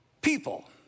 people